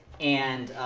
and